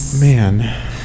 man